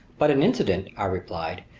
but an incident, i replied,